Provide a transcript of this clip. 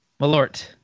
Malort